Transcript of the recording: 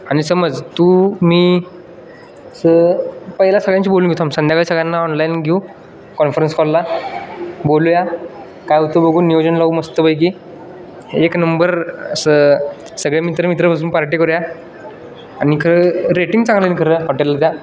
आणि समज तू मी स पहिला सगळ्यांशी बोलून घेतो मी तू थांब संध्याकाळी सगळ्यांना ऑनलाईन घेऊ कॉन्फरन्स कॉलला बोलूया काय होतं बघून नियोजन लावू मस्तपैकी एक नंबर स सगळे मित्र मित्र बसून पार्टी करूया आणि खरं रेटिंग चांगली आणि खरं हॉटेलला